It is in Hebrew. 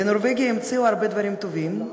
בנורבגיה המציאו הרבה דברים טובים,